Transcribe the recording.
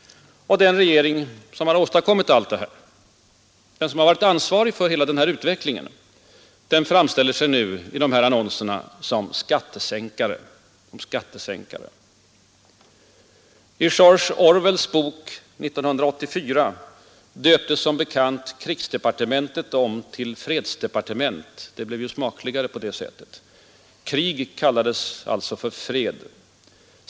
Och den regering som har åstadkommit allt det här, den som varit ansvarig för hela den här utvecklingen, framställer sig nu i annonserna som skattesänkare. I George Orwells bok ”1984” döptes som bekant krigsdepartementet om till fredsdepartementet. Det blev ju smakligare på det sättet. Krig kallades alltså för fred.